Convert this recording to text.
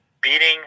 beating